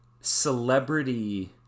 celebrity